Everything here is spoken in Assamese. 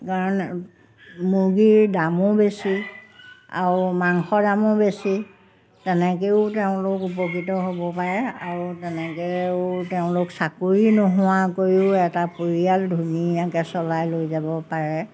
কাৰণ মুৰ্গীৰ দামো বেছি আৰু মাংসৰ দামো বেছি তেনেকৈও তেওঁলোক উপকৃত হ'ব পাৰে আৰু তেনেকৈও তেওঁলোক চাকৰি নোহোৱাকৈও এটা পৰিয়াল ধুনীয়াকৈ চলাই লৈ যাব পাৰে